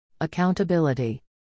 Accountability